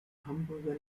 hamburger